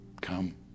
come